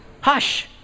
hush